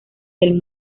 del